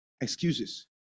excuses